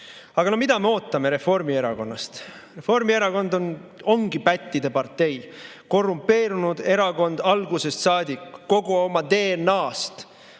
Aga no mida me ootame Reformierakonnalt? Reformierakond ongi pättide partei, korrumpeerunud erakond algusest saadik, kogu oma DNA‑st